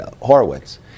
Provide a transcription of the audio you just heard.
Horowitz